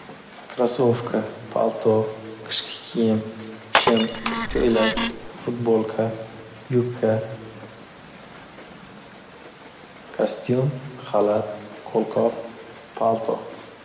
Krossovka, palto, qishki kiyim, shim, koʻylak, futbolka, yubka, kostyum, xalat, qo'lqop, palto.